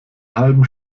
halben